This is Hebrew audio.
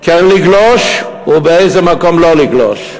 מקום כן לגלוש ובאיזה מקום לא לגלוש.